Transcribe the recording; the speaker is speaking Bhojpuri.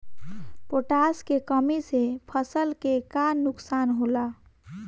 पोटाश के कमी से फसल के का नुकसान होला?